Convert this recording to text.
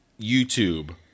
YouTube